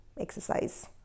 exercise